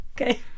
Okay